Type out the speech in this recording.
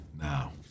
Now